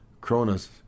Cronus